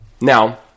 Now